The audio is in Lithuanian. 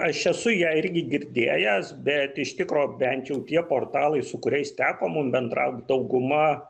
aš esu ją irgi girdėjęs bet iš tikro bent jau tie portalai su kuriais teko mum bendraut dauguma